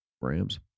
Rams